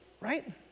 Right